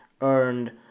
earned